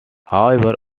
however